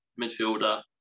midfielder